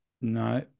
No